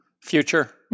future